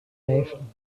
leven